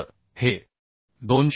तर हे 258